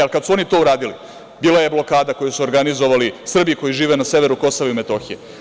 Ali, kad su oni to uradili, bila je blokada koju su organizovali Srbi koji žive na severu Kosova i Metohije.